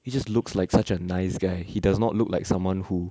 he just looks like such a nice guy he does not look like someone who